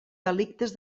delictes